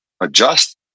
adjust